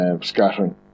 scattering